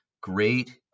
great